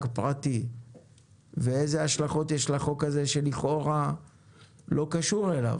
פרטי ואילו השלכות יש לחוק הזה שלכאורה לא קשור אליו,